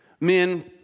Men